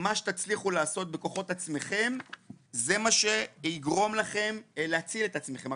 מה שתצליחו לעשות בכוחות עצמכם זה מה שיגרום לכם להציל את עצמכם.